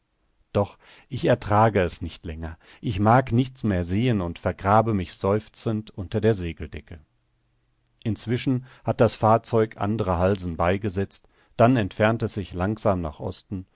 doch ich ertrage es nicht länger ich mag nichts mehr sehen und vergrabe mich seufzend unter unserer segeldecke inzwischen hat das fahrzeug andere halsen beigesetzt dann entfernt es sich langsam nach osten